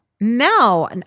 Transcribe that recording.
No